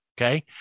Okay